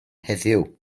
heddiw